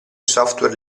software